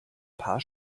paar